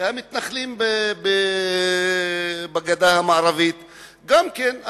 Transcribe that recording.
והם מתנחלים בגדה המערבית גם כן,